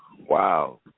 Wow